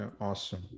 Awesome